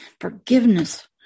forgiveness